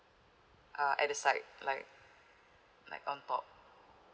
uh at the side like like on top